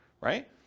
right